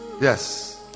yes